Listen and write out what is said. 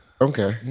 Okay